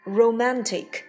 romantic